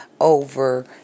over